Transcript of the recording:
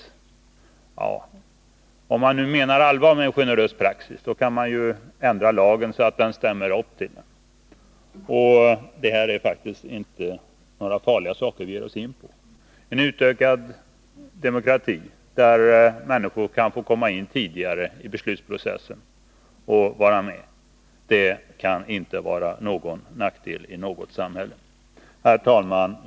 Ja, om man nu menar allvar med talet om en generös praxis, kan man också ändra lagen så att den svarar mot en sådan. Det är faktiskt inte några farligheter som vi ger oss in på. En utökning av demokratin så att människor kan få komma med i eller komma in tidigare i beslutsprocessen kan inte vara en nackdel i något samhälle. Herr talman!